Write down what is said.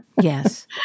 Yes